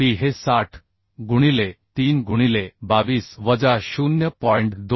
P हे 60 गुणिले 3 गुणिले 22 वजा 0